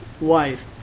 wife